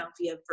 via